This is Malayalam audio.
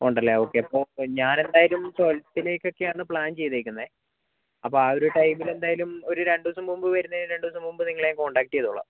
ഉണ്ടല്ലേ ഓക്കെ അപ്പോൾ ഞാനെന്തായാലും ട്വൽത്തിലേക്കൊക്കെ ആണ് പ്ലാൻ ചെയ്തിരിക്കുന്നത് അപ്പം ആ ഒരു ടൈമിലെന്തായാലും ഒരു രണ്ട് ദിവസം മുൻപ് വരുന്നതിന് രണ്ട് ദിവസം മുൻപ് നിങ്ങളെ ഞാൻ കോൺടാക്റ്റ് ചെയ്തോളാം